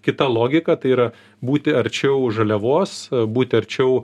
kita logika tai yra būti arčiau žaliavos būti arčiau